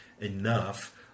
enough